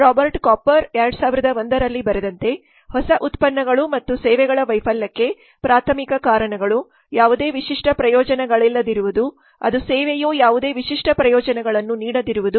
Robert Cooper 2001 ರಲ್ಲಿ ಬರೆದಂತೆ ಹೊಸ ಉತ್ಪನ್ನಗಳು ಮತ್ತು ಸೇವೆಗಳ ವೈಫಲ್ಯಕ್ಕೆ ಪ್ರಾಥಮಿಕ ಕಾರಣಗಳು ಯಾವುದೇ ವಿಶಿಷ್ಟ ಪ್ರಯೋಜನಗಳಿಲ್ಲದಿರುವುದು ಅದು ಸೇವೆಯು ಯಾವುದೇ ವಿಶಿಷ್ಟ ಪ್ರಯೋಜನಗಳನ್ನು ನೀಡದಿರುವುದು